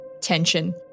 tension